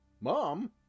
Mom